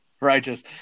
Righteous